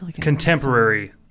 contemporary